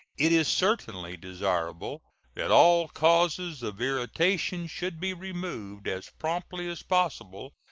it is certainly desirable that all causes of irritation should be removed as promptly as possible,